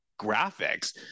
graphics